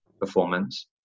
performance